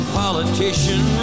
politician